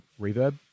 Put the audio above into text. Reverb